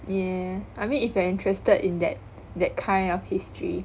yeah I mean if you are interested in that that kind of history